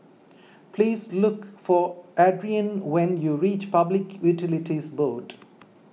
please look for Adriane when you reach Public Utilities Board